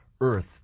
earth